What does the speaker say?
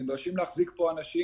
נדרשים להחזיק פה אנשים,